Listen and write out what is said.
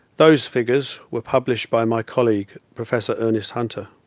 those figures were published by my colleague professor earnest hunter.